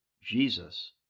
Jesus